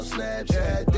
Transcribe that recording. Snapchat